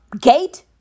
gate